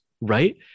right